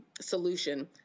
solution